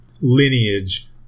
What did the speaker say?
lineage